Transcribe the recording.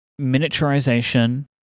miniaturization